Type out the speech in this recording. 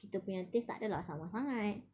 kita punya taste tak ada lah sama sangat